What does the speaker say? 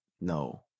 No